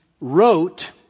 wrote